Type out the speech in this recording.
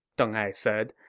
deng ai said.